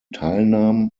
teilnahm